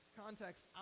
context